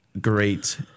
great